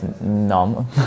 no